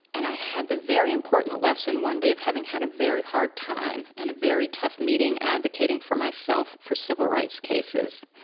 and i had a very important lesson one day of having had a very hard time and a very tough meeting advocating for myself for civil rights cases.